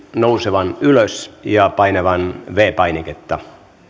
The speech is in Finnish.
nousemaan ylös ja painamaan viides painiketta